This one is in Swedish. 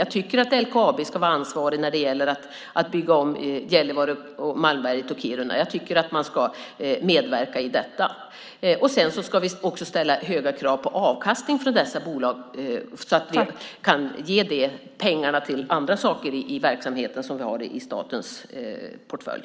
Jag tycker att LKAB ska vara ansvarigt när det gäller att bygga om Gällivare, Malmberget och Kiruna. Jag tycker att man ska medverka i detta. Sedan ska vi också ställa höga krav på avkastning från dessa bolag så att de kan ge pengar till andra saker i verksamheten som ingår i statens portfölj.